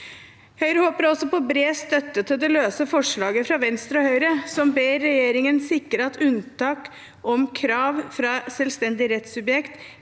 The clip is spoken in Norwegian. Høyre håper på bred støtte til det løse forslaget fra Venstre og Høyre, som ber regjeringen sikre at unntak fra krav om selvstendig rettssubjekt